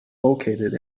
located